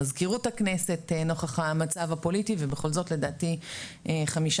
מזכירות הכנסת נוכח המצב הפוליטי ובכל זאת לדעתי חמישה